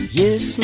yes